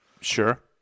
Sure